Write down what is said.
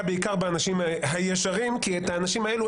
בעיקר באנשים הישרים כי האנשים האלה,